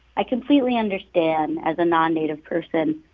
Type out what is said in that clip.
i completely understand, as a nonnative person,